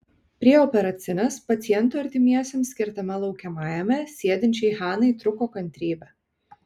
prie operacinės pacientų artimiesiems skirtame laukiamajame sėdinčiai hanai trūko kantrybė